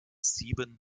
sieben